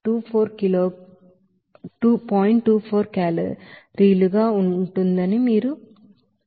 24 కేలరీలు గా ఉంటుందని మీరు తెలుసుకుంటారు